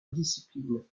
discipline